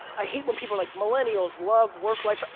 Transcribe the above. i hate when people are like, millennials love work life.